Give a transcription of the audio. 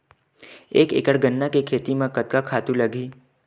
एक एकड़ गन्ना के खेती म कतका खातु लगही?